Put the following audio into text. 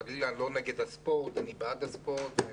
אני חלילה לא נגד הספורט, אני בעד הספורט.